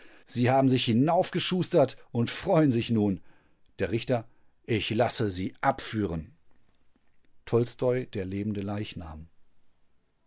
sie haben sich hinaufgeschustert und freuen sich nun der richter ich lasse sie abführen